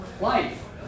life